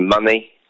money